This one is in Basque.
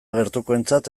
gertukoentzat